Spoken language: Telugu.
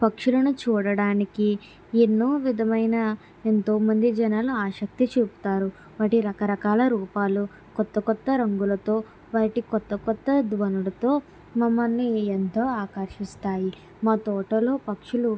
పక్షులను చూడడానికి ఎన్నో విధమైన ఎంతో మంది జనాలు ఆసక్తి చూపుతారు వాటి రకరకాల రూపాలు కొత్త కొత్త రంగులతో వాటి కొత్త కొత్త ధ్వనులతో మమ్మల్ని ఎంతో ఆకర్షిస్తాయి మా తోటలో పక్షులు